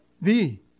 thee